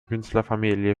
künstlerfamilie